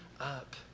up